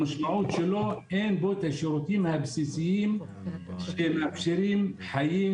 היא שאין בהם השירותים הבסיסיים שמאפשרים חיים